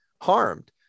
harmed